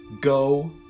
go